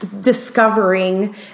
discovering